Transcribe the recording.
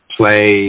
play